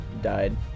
died